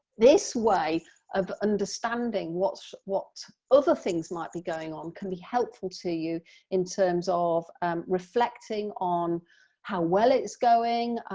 this way of understanding what what other things might be going on can be helpful to you in terms of reflecting on how well it's going.